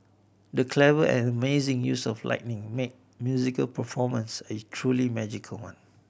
the clever and amazing use of lighting made the musical performance a truly magical one